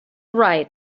right